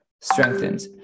strengthened